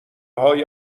های